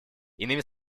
иными